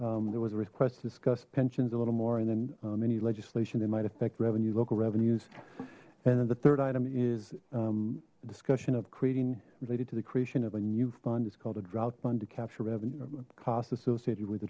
fees there was a request to discuss pensions a little more and then any legislation they might affect revenue local revenues and then the third item is a discussion of creating related to the creation of a new fund is called a drought fund to capture revenue or cost associated with the